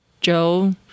Joe